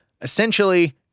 Essentially